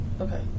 Okay